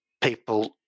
people